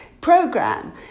program